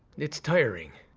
it's tiring.